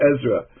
Ezra